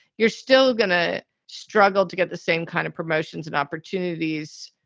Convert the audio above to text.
you're still going to struggle to get the same kind of promotions and opportunities,